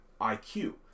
IQ